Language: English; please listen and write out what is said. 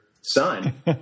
son